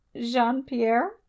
Jean-Pierre